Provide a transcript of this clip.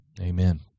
Amen